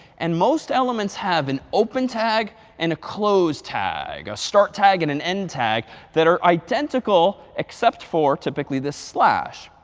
and most elements have an open tag and a closed tag a start tag and an end tag that are identical, except for typically the slash.